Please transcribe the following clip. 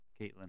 caitlin